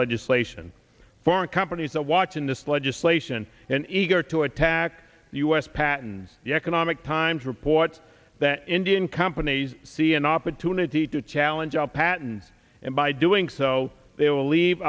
legislation for companies that are watching this legislation and eager to attack us patten the economic times reports that indian companies see an opportunity to challenge our patent and by doing so they will leave